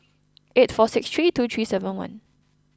eight four six three two three seven one